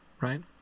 right